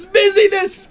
busyness